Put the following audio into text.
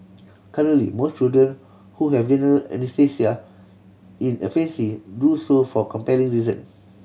currently most children who have general anaesthesia in a fancy do so for compelling reason